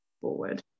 forward